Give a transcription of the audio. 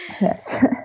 yes